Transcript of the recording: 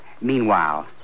Meanwhile